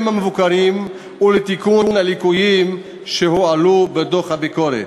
המבוקרים ולתיקון הליקויים שהועלו בדוח הביקורת.